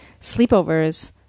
sleepovers